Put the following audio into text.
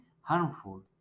harmful